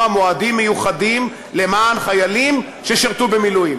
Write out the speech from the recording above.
מועדים מיוחדים למען חיילים ששירתו במילואים.